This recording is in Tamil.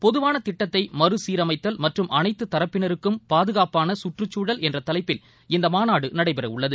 பொதுவாள திட்டத்தை மறு சீரமைத்தல் மற்றும் அனைத்து தரப்பினருக்கும் பாதுகாப்பான சுற்றுச்சூழல் என்ற தலைப்பில் இந்த மாநாடு நடைபெறவுள்ளது